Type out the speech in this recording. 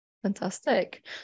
Fantastic